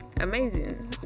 Amazing